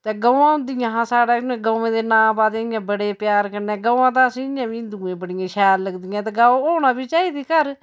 ते गवां होदियां हियां साढ़ै इयां गवें दे नांऽ पाए दे इयां बड़े प्यार कन्नै गवां ते असें इयां बी हिंदुएं बड़ियां शैल लगदियां ते गौ होना बी चाहिदी घर